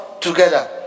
together